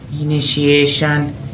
Initiation